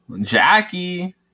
Jackie